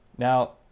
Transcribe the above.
Now